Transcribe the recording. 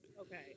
Okay